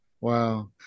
Wow